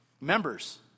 Members